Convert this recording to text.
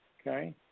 okay